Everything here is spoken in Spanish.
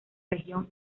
región